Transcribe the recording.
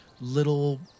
little